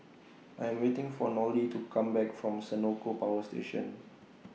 I Am waiting For Nolie to Come Back from Senoko Power Station